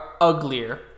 uglier